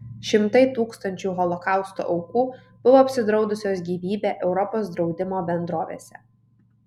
šimtai tūkstančių holokausto aukų buvo apsidraudusios gyvybę europos draudimo bendrovėse